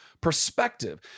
perspective